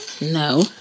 No